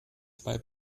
zwei